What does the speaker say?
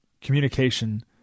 communication